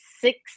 six